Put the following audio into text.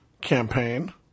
campaign